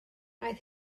aeth